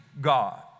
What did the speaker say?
God